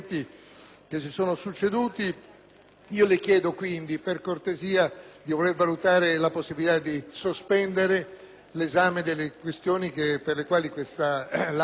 Le chiedo, per cortesia, di voler valutare la possibilità di sospendere l'esame delle questioni per le quali l'Aula è stata oggi chiamata a discutere,